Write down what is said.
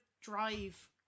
drive